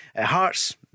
Hearts